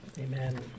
Amen